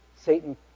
Satan